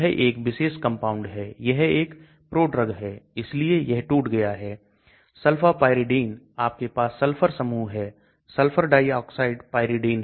यह एक सतह है क्योंकि हमने रिंग्स को अलग अलग किया है इसलिए वह इस तरह से planar planar planar होंगे